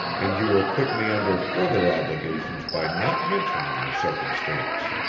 and you will put me under further obligations by not mentioning the circumstance.